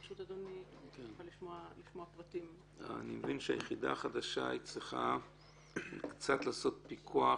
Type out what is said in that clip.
אני מבין שהיחידה החדשה צריכה לעשות קצת פיקוח